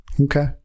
Okay